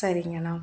சரிங்கண்ணா